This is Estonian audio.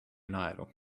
naeru